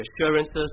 assurances